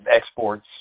exports